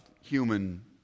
human